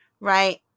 right